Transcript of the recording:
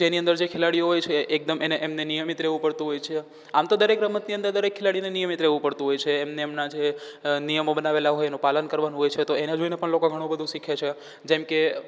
જેની અંદર જે ખીલાડીઓ હોય છે એકદમ એને એમને નિયમિત રહેવું પડતું હોય છે આમ તો દરેક રમતની અંદર દરેક ખીલાડીને નિયમિત રહેવું પડતું હોય છે એમને એમના જે નિયમો બનાવેલા હોય એનું પાલન કરવાનું હોય છે તો એને જોઈને પણ લોકો ઘણુંબધું શીખે છે જેમકે